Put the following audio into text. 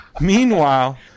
meanwhile